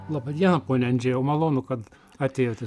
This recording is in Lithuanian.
laba diena pone andžejau malonu kad atėjote